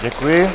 Děkuji.